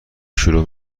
شروع